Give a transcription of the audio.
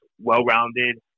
well-rounded